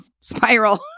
spiral